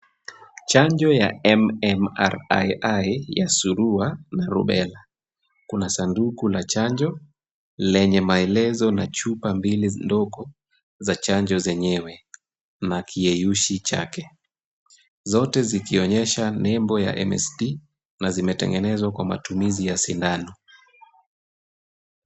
Chanjo ya MMRII ya surua na rubella. Kuna sanduku la chanjo lenye maelezo na chupa mbili zilizoko za chanjo zenyewe na kiyeyushi chake. Zote zikionyesha nembo ya MST na zimetengenezwa kwa matumizi ya sindano.